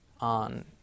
on